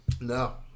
no